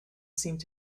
seemed